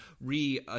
re